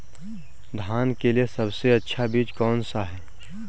धान के लिए सबसे अच्छा बीज कौन सा है?